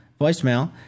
voicemail